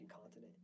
continent